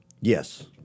yes